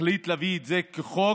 החליט להביא את זה כחוק